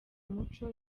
umuco